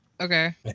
Okay